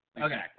Okay